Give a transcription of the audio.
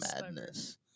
madness